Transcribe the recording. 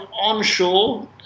onshore